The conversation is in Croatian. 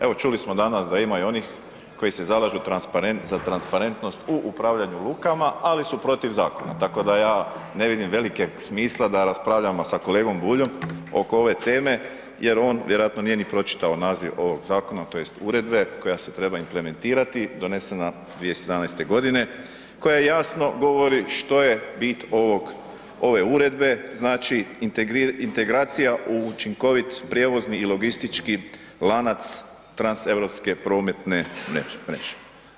Evo, čuli smo danas da ima i onih koji se zalažu za transparentnost u upravljanju lukama, ali su protiv zakona, tako da ja ne vidim velikog smisla da raspravljamo sa kolegom Buljom oko ove teme jer on vjerojatno nije ni pročitao naziv ovog zakona tj. uredbe koja se treba implementirati, donesena 2017.g. koja jasno govori što je bit ove uredbe, znači, integracija u učinkovit prijevozni i logistički lanac transeuropske prometne mreže.